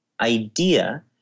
idea